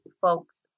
folks